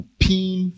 pin